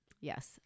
yes